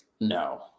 no